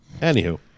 Anywho